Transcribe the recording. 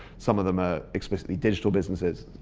some of them are explicitly digital businesses,